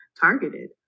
targeted